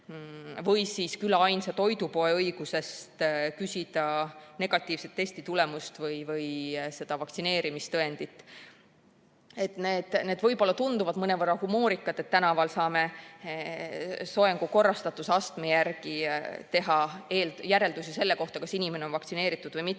Või siis küla ainsa toidupoe õigus küsida negatiivset testitulemust või vaktsineerimistõendit. Need võib-olla tunduvad mõnevõrra humoorikad olukorrad, näiteks tänaval saame soengu korrastatuse järgi teha järeldusi selle kohta, kas inimene on vaktsineeritud või mitte,